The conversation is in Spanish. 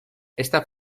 esta